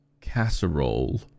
casserole